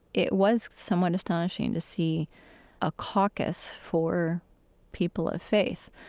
it was somewhat astonishing to see a caucus for people of faith,